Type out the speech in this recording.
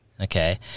Okay